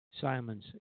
Simons